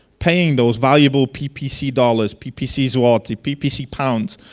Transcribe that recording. paying those valuable ppc dollars, ppc zloty, ppc pounds